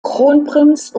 kronprinz